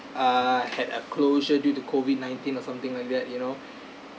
err had a closure due to COVID nineteen or something like that you know